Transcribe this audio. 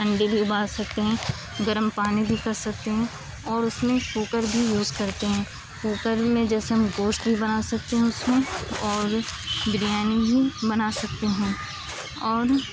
انڈے بھی ابال سکتے ہیں گرم پانی بھی کر سکتے ہیں اور اس میں کوکر بھی یوز کرتے ہیں کوکر میں جیسے ہم گوشت بھی بنا سکتے ہیں اس میں اور بریانی بھی بنا سکتے ہیں اور